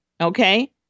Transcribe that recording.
Okay